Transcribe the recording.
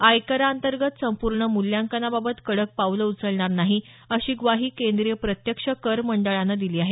आयकराअंतर्गत संपूर्ण मूल्यांकनाबाबत कडक पावलं उचलणार नाही अशी ग्वाही केंद्रीय प्रत्यक्ष कर मंडळानं दिली आहे